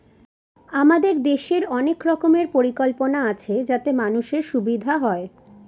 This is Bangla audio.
আমাদের দেশের অনেক রকমের পরিকল্পনা আছে যাতে মানুষের সুবিধা হয়